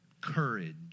courage